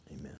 Amen